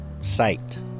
sight